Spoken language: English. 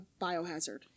biohazard